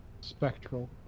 Spectral